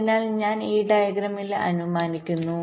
അതിനാൽ ഞാൻ ഈ ഡയഗ്രാമിൽ അനുമാനിക്കുന്നു